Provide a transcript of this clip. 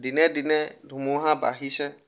দিনে দিনে ধুমুহা বাঢ়িছে